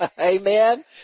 amen